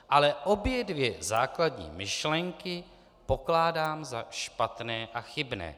Ale obě základní myšlenky pokládám za špatné a chybné.